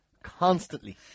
Constantly